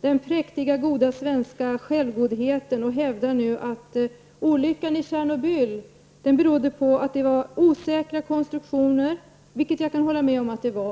den präktiga och goda svenska självgodheten och hävdar nu att olyckan i Tjernobyl berodde på osäkra konstruktioner, vilket jag kan hålla med om.